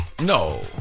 No